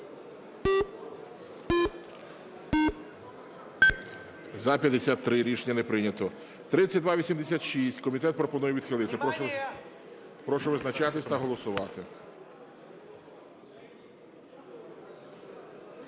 За-53 Рішення не прийнято. 3286. Комітет пропонує відхилити. Прошу визначатись та голосувати.